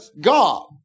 God